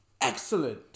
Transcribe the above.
Excellent